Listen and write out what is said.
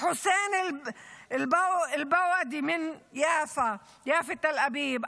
חוסין אל בודא מיפו-תל אביב,